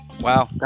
Wow